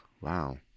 wow